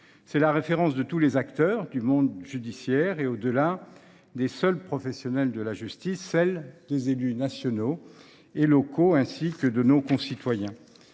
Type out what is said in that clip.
C’est la référence de tous les acteurs du monde judiciaire et, au delà des seuls professionnels de la justice, celle des élus nationaux et locaux, ainsi que de nos concitoyens.